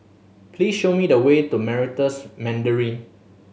please show me the way to Meritus Mandarin